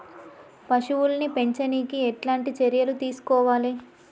పశువుల్ని పెంచనీకి ఎట్లాంటి చర్యలు తీసుకోవాలే?